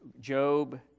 Job